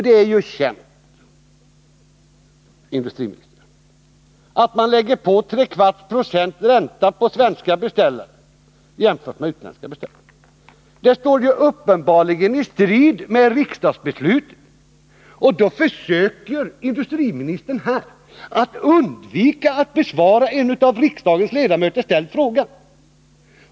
Det är ju känt, herr industriminister, att man lägger på 0,75 96 ränta på svenska beställare jämfört med utländska beställare. Detta står klart och tydligt i strid med riksdagsbeslutet. Då försöker industriministern här att undvika att besvara en av en av riksdagens ledamöter ställd fråga.